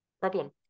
Problem